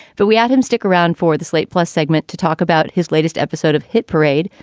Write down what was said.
but we at him stick around for the slate plus segment to talk about his latest episode of hit parade,